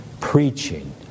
preaching